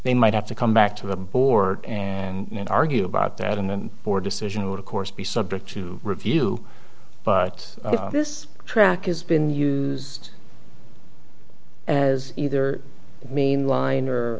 they might have to come back to the board and argue about that and for decision would of course be subject to review but this track is been used as either mainline or